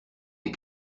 des